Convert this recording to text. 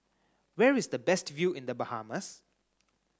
where is the best view in The Bahamas